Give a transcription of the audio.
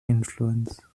influence